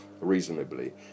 reasonably